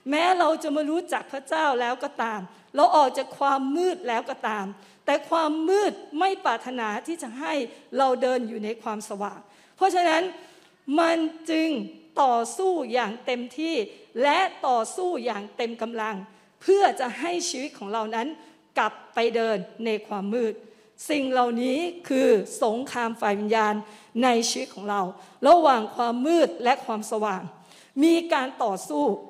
แม้เราจะมารู้จักพระเจ้าแล้วก็ตามเราออกจากความมืดแล้วก็ตามแต่ความมืดไม่ปรารถนาที่จะให้เราเดินอยู่ในความสว่างเพราะฉะนั้นมันจึงต่อสู้อย่างเต็มที่และต่อสู้อย่างเต็มกำลังเพื่อจะให้ชีวิตของเรานั้นกลับไปเดินในความมืดสิ่งเหล่านี้คือสงครามฝ่ายวิญญาณในชีวิตของเราระหว่างความมืดและความสว่างมีการต่อสู้